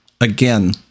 again